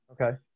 Okay